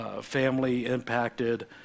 family-impacted